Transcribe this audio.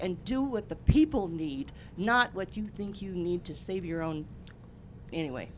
and do what the people need not what you think you need to save your own anyway